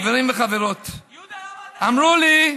חברים וחברות, יהודה, למה אתה לא עונה לי?